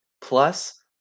plus